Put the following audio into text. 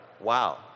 wow